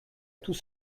tout